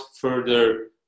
further